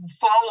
follow